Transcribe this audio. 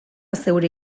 zeure